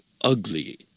ugly